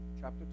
chapter